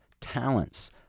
talents